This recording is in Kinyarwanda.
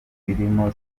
birimo